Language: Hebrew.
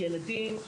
ילדים,